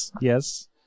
yes